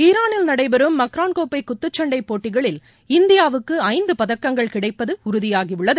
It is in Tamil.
ஈரானில் நடைபெறும் மக்ரான் கோப்பை குத்துச் சண்டை போட்டிகளில் இந்தியாவுக்கு ஐந்து பதக்கங்கள் கிடைப்பது உறுதியாகியுள்ளது